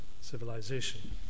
Civilization